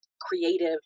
creative